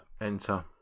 enter